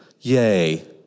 Yay